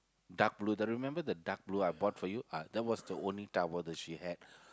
dark blue the remember the dark blue I bought for you uh that was the only towel that she had